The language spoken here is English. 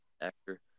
actor